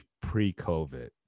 pre-COVID